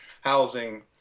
housing